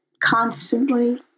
constantly